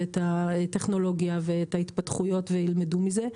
את הטכנולוגיה ואת ההתפתחויות וילמדו מזה.